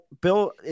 Bill